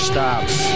Stops